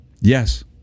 Yes